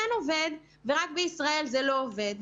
בכל העולם זה כן עובד ורק בישראל זה לא עובד.